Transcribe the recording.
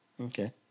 Okay